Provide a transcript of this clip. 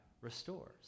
restores